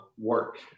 work